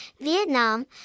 Vietnam